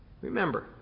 Remember